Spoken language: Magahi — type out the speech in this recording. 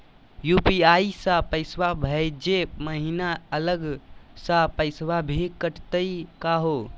यू.पी.आई स पैसवा भेजै महिना अलग स पैसवा भी कटतही का हो?